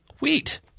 wheat